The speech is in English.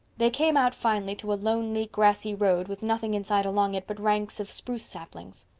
they came out finally to a lonely, grassy road, with nothing in sight along it but ranks of spruce saplings.